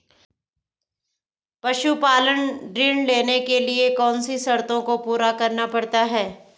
पशुपालन ऋण लेने के लिए कौन सी शर्तों को पूरा करना पड़ता है?